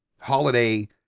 holiday